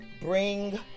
Bring